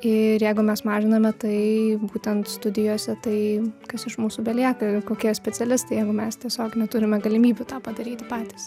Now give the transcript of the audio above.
ir jeigu mes mažiname tai būtent studijose tai kas iš mūsų belieka ir kokie specialistai jeigu mes tiesiog neturime galimybių tą padaryti patys